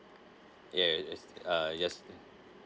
ya it is ah yes